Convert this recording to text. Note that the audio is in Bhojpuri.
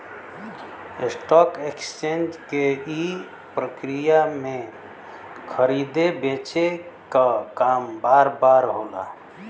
स्टॉक एकेसचेंज के ई प्रक्रिया में खरीदे बेचे क काम बार बार होला